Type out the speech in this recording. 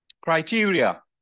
criteria